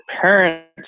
parents